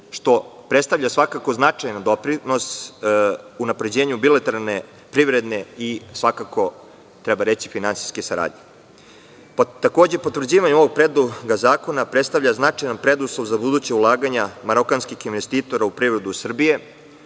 što predstavlja svakako značajan doprinos unapređenju bilateralne privredne i svakako finansijske saradnje. Takođe, potvrđivanje ovog predloga zakona predstavlja značajan preduslov za buduća ulaganja marokanskih investitora u privredu Srbije,